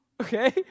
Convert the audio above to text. Okay